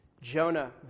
Jonah